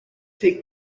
take